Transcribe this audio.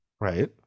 Right